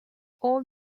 all